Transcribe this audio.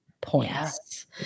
points